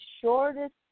shortest